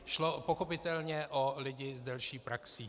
Šlo pochopitelně o lidi s delší praxí.